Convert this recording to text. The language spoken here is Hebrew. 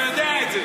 אתה יודע את זה.